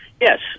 Yes